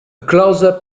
closeup